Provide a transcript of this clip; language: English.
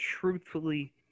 truthfully